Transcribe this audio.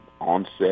onset